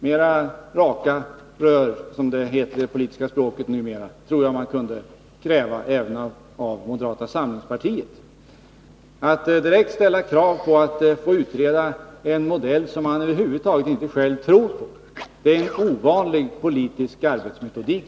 Mera raka rör, som det heter i det politiska språket numera, trodde jag man kunde kräva även av moderata samlingspartiet. Att direkt ställa krav på att få utreda en modell som man själv över huvud taget inte tror på tycker jag är en ovanlig politisk arbetsmetodik.